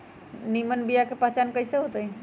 निमन बीया के पहचान कईसे होतई?